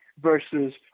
Versus